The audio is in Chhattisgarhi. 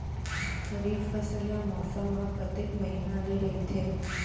खरीफ फसल या मौसम हा कतेक महिना ले रहिथे?